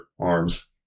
arms